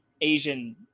Asian